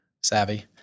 savvy